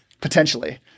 Potentially